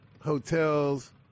hotels